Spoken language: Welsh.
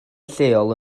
lleol